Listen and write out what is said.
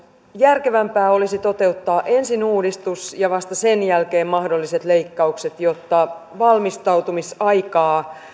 järkevämpää olisi toteuttaa ensin uudistus ja vasta sen jälkeen mahdolliset leikkaukset jotta valmistautumisaikaa